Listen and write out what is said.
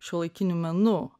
šiuolaikiniu menu